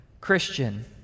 Christian